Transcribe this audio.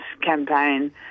campaign